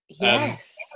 yes